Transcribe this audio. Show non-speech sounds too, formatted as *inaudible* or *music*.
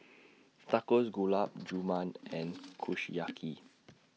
Tacos Gulab Jamun and *noise* Kushiyaki